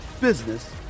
business